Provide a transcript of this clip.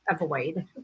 avoid